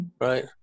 right